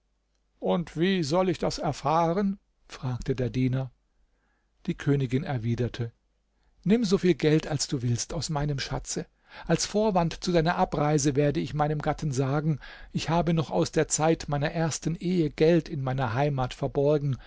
und wie soll ich das erfahren fragte der diener die königin erwiderte nimm so viel geld als du willst aus meinem schatze als vorwand zu deiner abreise werde ich meinem gatten sagen ich habe noch aus der zeit meiner ersten ehe geld in meiner heimat verborgen